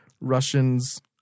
Russians –